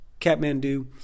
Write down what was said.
Kathmandu